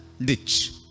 ditch